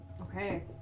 Okay